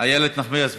איילת נחמיאס ורבין,